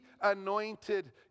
anointed